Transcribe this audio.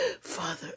Father